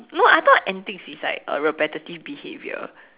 no I thought antics is like a repetitive behavior